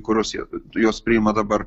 kuriuos jie juos priima dabar